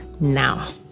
now